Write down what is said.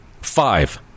five